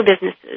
businesses